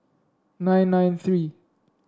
nine nine three